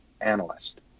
analyst